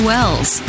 Wells